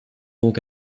donc